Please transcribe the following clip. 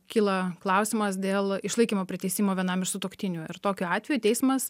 kyla klausimas dėl išlaikymo priteisimo vienam iš sutuoktinių ir tokiu atveju teismas